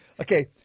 Okay